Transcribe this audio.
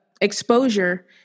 exposure